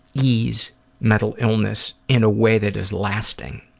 ease mental illness in a way that is lasting.